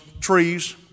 trees